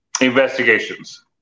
investigations